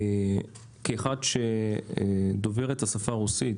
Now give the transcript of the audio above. כאחד שדובר את השפה הרוסית